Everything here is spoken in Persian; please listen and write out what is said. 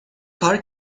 کار